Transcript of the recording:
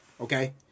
okay